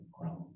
ground